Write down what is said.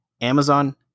Amazon